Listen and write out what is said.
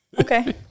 okay